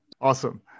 Awesome